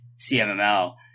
CMML